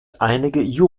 einige